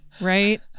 right